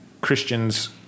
Christians